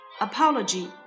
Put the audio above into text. Apology